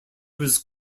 was